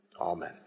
Amen